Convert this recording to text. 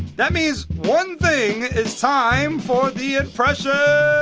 that means one thing it's time for the impression.